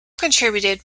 contributed